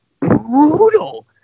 brutal